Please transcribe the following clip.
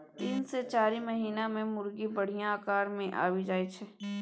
तीन सँ चारि महीना मे मुरगी बढ़िया आकार मे आबि जाइ छै